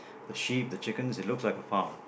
the sheep the chicken it looks like a farm